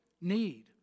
need